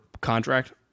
contract